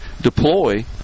deploy